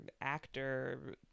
actor